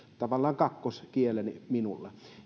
tavallaan kakkoskielenä minulla